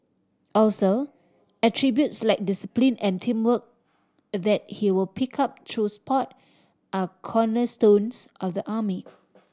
also attributes like discipline and teamwork that he will pick up through sport are cornerstones of the army